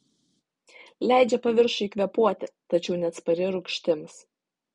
leidžia paviršiui kvėpuoti tačiau neatspari rūgštims